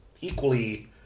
equally